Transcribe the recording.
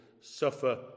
suffer